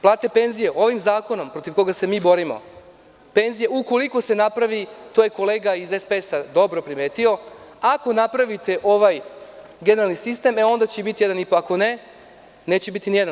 Plate i penzije ovim zakonom protiv koga se mi borimo, ukoliko se tako napravi, to je kolega iz SPS, dobro primetio, ako napravite ovaj generalni sistem onda će biti 1,5% ako ne neće biti ni 1%